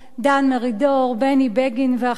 דן מרידור, בני בגין ואחרים.